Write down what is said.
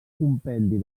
compendi